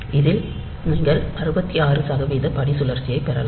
இதில் நீங்கள் 66 சதவீத பணிச்சுழற்சியைப் பெறலாம்